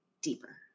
deeper